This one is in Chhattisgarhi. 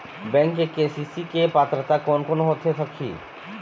बैंक से के.सी.सी के पात्रता कोन कौन होथे सकही?